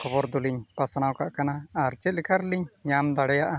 ᱠᱷᱚᱵᱚᱨ ᱫᱚᱞᱤᱧ ᱯᱟᱥᱱᱟᱣ ᱠᱟᱜ ᱠᱟᱱᱟ ᱟᱨ ᱪᱮᱫ ᱞᱮᱠᱟᱨᱮ ᱞᱤᱧ ᱧᱟᱢ ᱫᱟᱲᱮᱭᱟᱜᱼᱟ